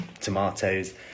tomatoes